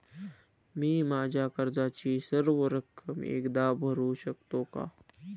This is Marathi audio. मी माझ्या कर्जाची सर्व रक्कम एकदा भरू शकतो का?